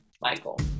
Michael